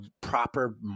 proper